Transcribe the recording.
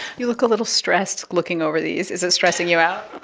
you look a little stressed looking over these. is it stressing you out?